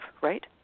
right